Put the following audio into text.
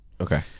okay